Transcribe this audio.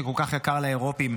שכל כך יקר לאירופים,